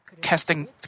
casting